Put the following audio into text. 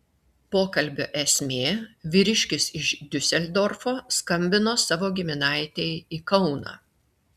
pokalbio esmė vyriškis iš diuseldorfo skambino savo giminaitei į kauną